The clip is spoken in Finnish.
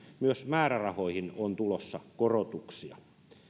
myös määrärahoihin on tulossa korotuksia